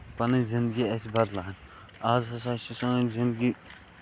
پَنٕنۍ زِندگی اَسہِ بدلان آز ہسا چھِ سٲنۍ زِندگی